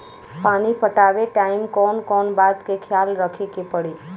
पानी पटावे टाइम कौन कौन बात के ख्याल रखे के पड़ी?